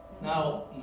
Now